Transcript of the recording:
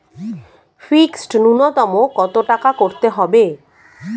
Fixed নুন্যতম কত টাকা করতে হবে?